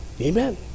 Amen